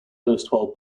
erstwhile